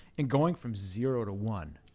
and going from zero to one,